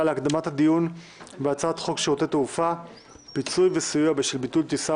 להקדמת הדיון בהצעת חוק שירותי תעופה (פיצוי וסיוע בשל ביטול טיסה